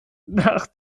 nach